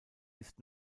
ist